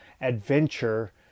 adventure